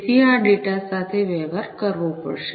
તેથી આ ડેટા સાથે વ્યવહાર કરવો પડશે